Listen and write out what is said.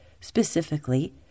Specifically